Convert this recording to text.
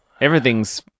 Everything's